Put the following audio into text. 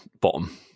bottom